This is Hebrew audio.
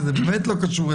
עו"ד יאיר מתוק,